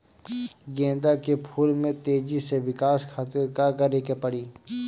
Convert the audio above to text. गेंदा के फूल में तेजी से विकास खातिर का करे के पड़ी?